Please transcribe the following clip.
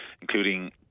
including